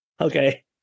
Okay